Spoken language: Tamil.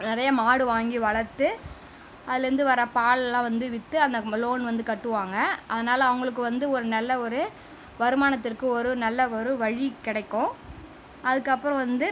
நிறைய மாடு வாங்கி வளர்த்து அதுலேருந்து வர பால்லாம் வந்து விற்று அந்த லோன் வந்து கட்டுவாங்க அதனால் அவங்களுக்கு வந்து ஒரு நல்ல ஒரு வருமானத்திற்கு ஒரு நல்ல ஒரு வழி கிடைக்கும் அதற்கப்பறம் வந்து